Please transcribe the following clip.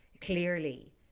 clearly